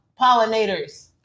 pollinators